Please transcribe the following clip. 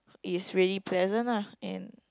is really pleasant ah in